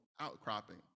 outcropping